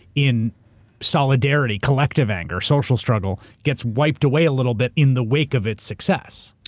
in solidarity, collective anger, social struggle gets wiped away a little bit in the wake of its success.